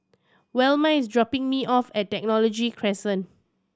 Velma is dropping me off at Technology Crescent